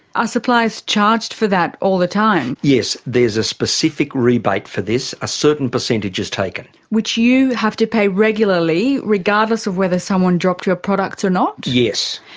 are suppliers charged for that all the time? yes there is a specific rebate for this, a certain percentage is taken. which you have to pay regularly, regardless of whether someone dropped your products or not? yes.